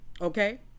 Okay